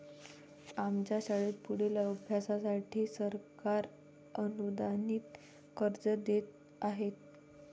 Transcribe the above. आमच्या शाळेत पुढील अभ्यासासाठी सरकार अनुदानित कर्ज देत आहे